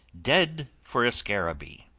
dead for a scarabee!